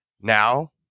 Now